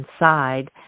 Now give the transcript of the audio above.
inside